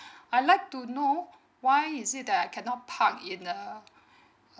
I'd like to know why is it that I cannot park in uh